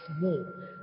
more